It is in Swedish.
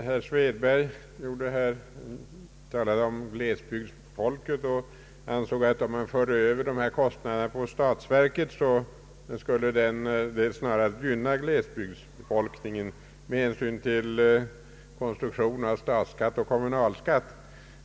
Herr talman! Herr Svedberg talade om glesbygdsfolket och ansåg att om man förde över kostnaderna på statsverket, så skulle det snarast gynna befolkningen i glesbygderna med hänsyn till konstruktionen av statsskatt och kommunalskatt.